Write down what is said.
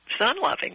sun-loving